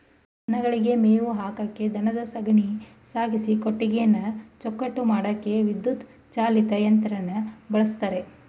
ದನಗಳಿಗೆ ಮೇವು ಹಾಕಕೆ ದನದ ಸಗಣಿನ ಸಾಗಿಸಿ ಕೊಟ್ಟಿಗೆನ ಚೊಕ್ಕಟ ಮಾಡಕೆ ವಿದ್ಯುತ್ ಚಾಲಿತ ಯಂತ್ರನ ಬಳುಸ್ತರೆ